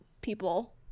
people